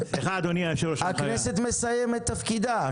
הכנסת מסיימת את תפקידה.